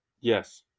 Yes